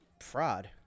fraud